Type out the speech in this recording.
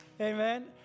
Amen